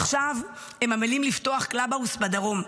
עכשיו הם עמלים לפתוח קלאבהאוס בדרום.